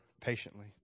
patiently